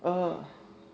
err